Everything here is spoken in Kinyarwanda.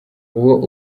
uwo